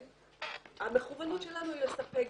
המקום סגור, אין גז.